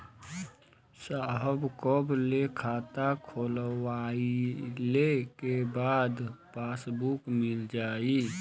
साहब कब ले खाता खोलवाइले के बाद पासबुक मिल जाई?